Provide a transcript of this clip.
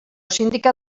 síndica